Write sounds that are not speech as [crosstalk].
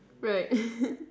right [laughs]